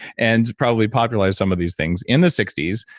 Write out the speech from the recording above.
and probably popularized some of these things in the sixty s,